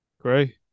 Great